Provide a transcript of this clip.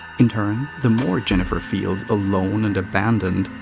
in turn, the more jennifer feels alone and abandoned,